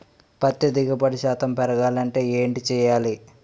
పత్తి దిగుబడి శాతం పెరగాలంటే ఏంటి చేయాలి?